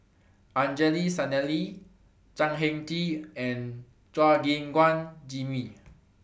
Angelo Sanelli Chan Heng Chee and Chua Gim Guan Jimmy